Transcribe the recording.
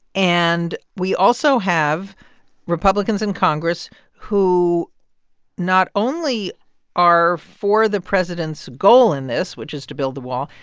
and we also have republicans in congress who not only are for the president's goal in this, which is to build the wall.